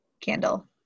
candle